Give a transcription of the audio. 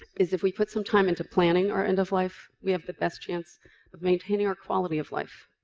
is if we put some time into planning our end of life, we have the best chance of maintaining our quality of life.